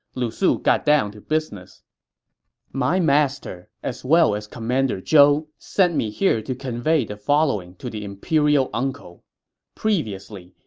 lu su got down to business my lord, as well as commander zhou, sent me here to convey the following to the imperial uncle previously,